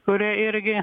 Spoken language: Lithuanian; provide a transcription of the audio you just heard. kurie irgi